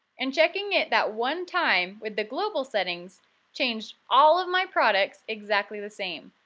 and checking it that one time with the global settings changed all of my products exactly the same.